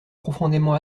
profondément